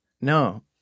No